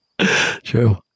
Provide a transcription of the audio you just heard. True